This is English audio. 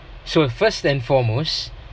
so first and foremost